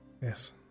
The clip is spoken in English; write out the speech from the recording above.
Yes